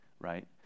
right